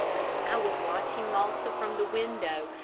i was watching malta from the window,